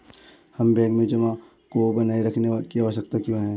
हमें बैंक में जमा को बनाए रखने की आवश्यकता क्यों है?